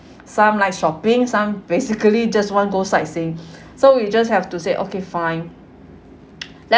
some like shopping some basically just want go sightseeing so we just have to say okay fine